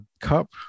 cup